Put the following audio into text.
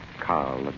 Carl